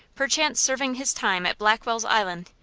perchance serving his time at blackwell's island,